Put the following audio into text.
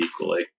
equally